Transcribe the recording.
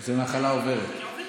זאת מחלה עוברת.